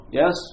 yes